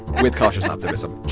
with cautious optimism